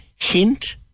hint